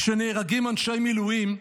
כשנהרגים אנשי מילואים,